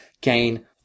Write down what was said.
gain